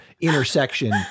intersection